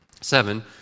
Seven